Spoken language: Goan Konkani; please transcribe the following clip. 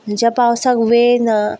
आनी ज्या पावसाक वेळ ना